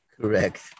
Correct